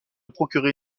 procurer